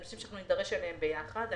אלה נושאים שנידרש אליהם יחד.